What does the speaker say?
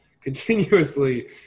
continuously